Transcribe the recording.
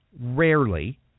Rarely